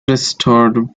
restored